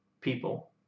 people